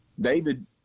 David